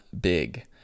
Big